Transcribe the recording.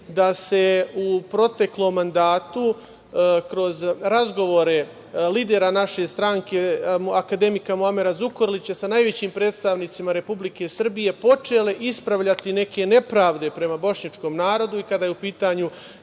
da se u proteklom mandatu kroz razgovore lidera naše stranke akademika Muamera Zukorlića sa najvišim predstavnicima Republike Srbije počele ispravljati neke nepravde prema bošnjačkom narodu i kada je u pitanju